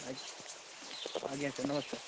ଆଜ୍ଞା ଆଜ୍ଞା ସାର୍ ନମସ୍କାର